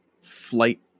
flight